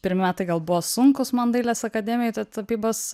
pirmi metai gal buvo sunkūs man dailės akademijoj toj tapybos